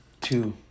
Two